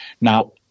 Now